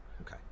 Okay